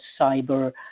cyber